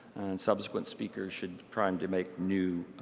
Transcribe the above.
subsequent speakers should try um to make new